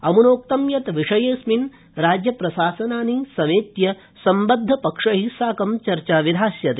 अम्नोक्त यत् विषयेऽस्मिन् राज्यप्रशासनानि समेत्य सम्बद्धपक्षै साकम् चार्चा विधास्यते